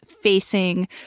facing